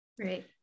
Right